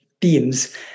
teams